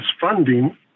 funding